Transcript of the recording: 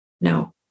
No